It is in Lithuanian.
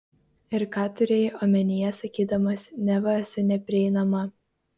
ir ką turėjai omenyje sakydamas neva esu neprieinama